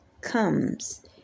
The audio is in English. comes